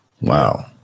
Wow